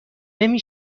نمی